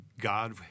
God